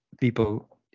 people